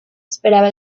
esperaba